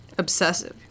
obsessive